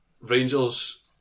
Rangers